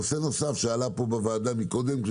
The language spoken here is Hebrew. נושא נוסף שעלה פה בוועדה, אתה